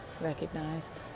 recognized